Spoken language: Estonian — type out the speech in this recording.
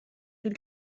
küll